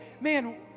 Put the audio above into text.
man